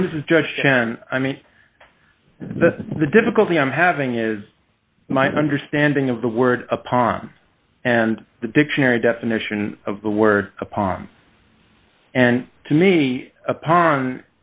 drugs judge i mean the the difficulty i'm having is my understanding of the word upon and the dictionary definition of the word upon and to me upon